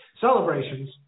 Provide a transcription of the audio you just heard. celebrations